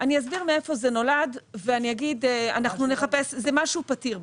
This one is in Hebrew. אני אסביר מאיפה זה נולד, ואגיד שזה משהו פתיר.